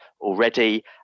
already